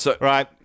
Right